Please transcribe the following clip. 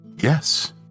Yes